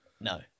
no